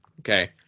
Okay